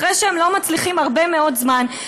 אחרי שהם לא מצליחים הרבה מאוד זמן,